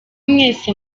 mwese